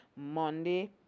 Monday